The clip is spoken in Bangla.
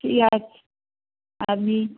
ঠিক আছে আপনি